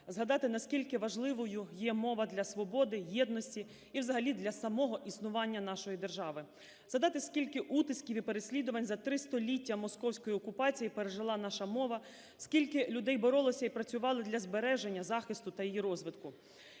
згадати, наскільки важливою є мова для свободи, єдності в взагалі для самого існування нашої держави; згадати, скільки утисків і переслідувань за три століття московської окупації пережила наша мова, скільки людей боролися і працювали для збереження, захисту та її розвитку.